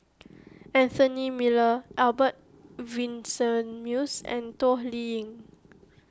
Anthony Miller Albert Winsemius and Toh Liying